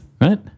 Right